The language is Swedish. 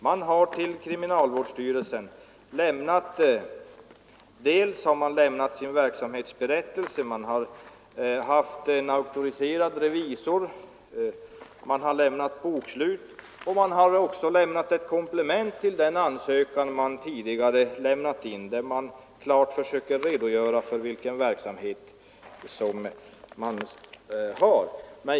Man har till kriminalvårdsstyrelsen lämnat sin verksamhetsberättelse, man har anlitat en auktoriserad revisor, man har lämnat bokslut och man har också lämnat ett komplement till tidigare ansökan, där man klart försöker redogöra för sin verksamhet.